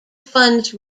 funds